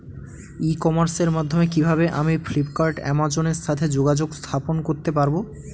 ই কমার্সের মাধ্যমে কিভাবে আমি ফ্লিপকার্ট অ্যামাজন এর সাথে যোগাযোগ স্থাপন করতে পারব?